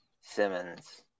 Simmons